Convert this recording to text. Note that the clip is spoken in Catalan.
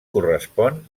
correspon